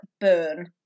burn